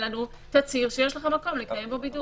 לנו תצהיר שיש לך מקום לקיים בו בידוד.